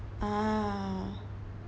ah